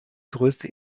größte